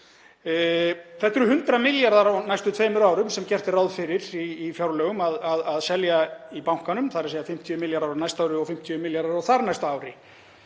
Þetta eru 100 milljarðar á næstu tveimur árum sem gert er ráð fyrir í fjárlögum að selja í bankanum, þ.e. 50 milljarðar á næsta ári og 50 milljarðar á þarnæsta ári.